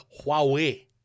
Huawei